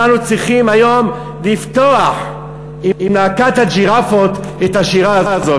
אנחנו היום צריכים לפתוח עם להקת "הג'ירפות" את השירה הזאת.